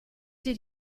did